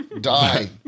Die